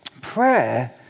Prayer